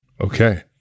Okay